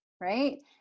right